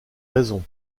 raison